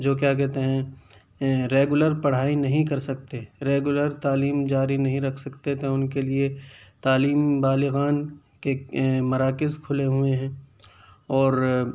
جو کیا کہتے ہیں ریگولر پڑھائی نہیں کر سکتے ریگولر تعلیم جاری نہیں رکھ سکتے تو ان کے لیے تعلیم بالغان کے ایک مراکز کھلے ہوئے ہیں اور